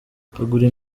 akaguru